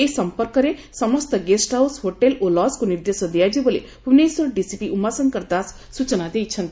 ଏ ସଂପର୍କରେ ସମସ୍ତ guesthouse hotel ଓ ଲଜ୍କୁ ନିର୍ଦ୍ଦେଶ ଦିଆଯିବ ବୋଲି ଭୁବନେଶ୍ୱର ଡିସିପି ଉମାଶଙ୍କର ଦାଶ ସୂଚନା ଦେଇଛନ୍ତି